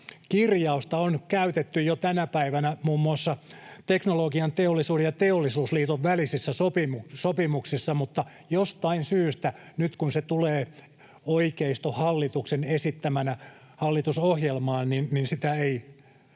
kirjausta on käytetty jo tänä päivänä muun muassa Teknologiateollisuuden ja Teollisuusliiton välisissä sopimuksissa, mutta jostain syystä nyt, kun se tulee oikeistohallituksen esittämänä hallitusohjelmaan, sitä ei